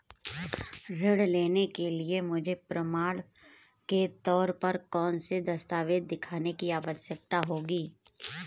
ऋृण लेने के लिए मुझे प्रमाण के तौर पर कौनसे दस्तावेज़ दिखाने की आवश्कता होगी?